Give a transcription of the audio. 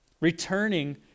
returning